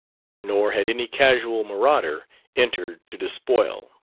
nor had any casual marauder entered to despoil.